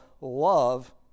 love